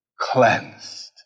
cleansed